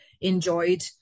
enjoyed